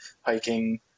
hiking